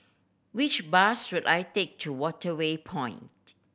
which bus should I take to Waterway Point